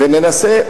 וננסה,